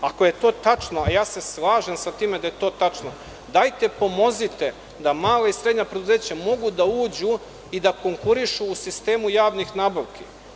Ako je to tačno, a slažem se sa time da je to tačno, dajte pomozite da mala i srednja preduzeća mogu da uđu i da konkurišu u sistemu javnih nabavki.